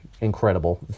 Incredible